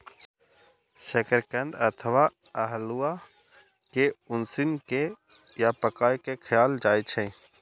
शकरकंद अथवा अल्हुआ कें उसिन के या पकाय के खायल जाए छै